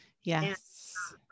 Yes